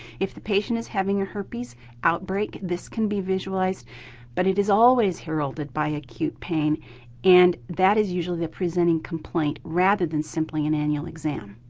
if the patient is having a herpes outbreak, this can be visualised but it is always heralded by acute pain and that is usually the presenting complaint rather than simply an annual exam.